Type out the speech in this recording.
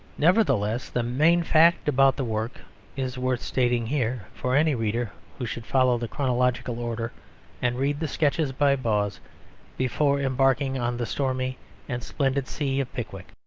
nevertheless the main fact about the work is worth stating here for any reader who should follow the chronological order and read the sketches by boz before embarking on the stormy and splendid sea of pickwick.